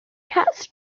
cats